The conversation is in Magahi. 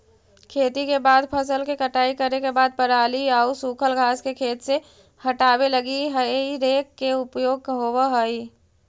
खेती के बाद फसल के कटाई करे के बाद पराली आउ सूखल घास के खेत से हटावे लगी हेइ रेक के उपयोग होवऽ हई